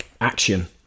action